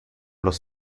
los